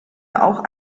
auch